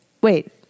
wait